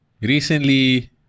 recently